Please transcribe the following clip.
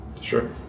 Sure